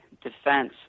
defense